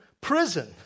prison